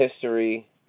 history